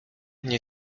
nie